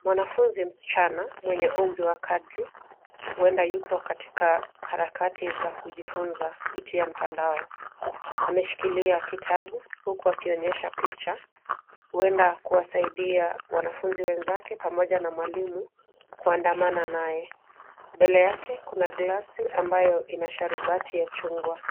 Mwanafunzi msichana mwenye umri wa kadri, huenda yupo katika harakati za kujifunza kupitia mtandao. Ameshikilia kitabu huku akionyesha picha huenda kuwasaidia wanafunzi wenzake pamoja na mwalimu kuandamana naye. Mbele yake kuna glasi ambayo ina sharubati ya chungwa.